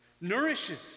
nourishes